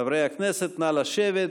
הכנסת, נא לשבת,